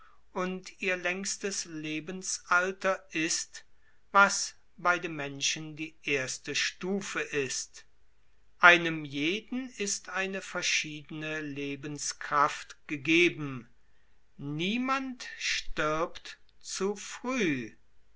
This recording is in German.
und ihr längstes lebensalter ist was bei dem menschen die erste stufe ist einem jeden ist eine verschiedene lebenskraft gegeben niemand stirbt zu früh